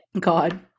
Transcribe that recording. God